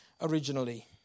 originally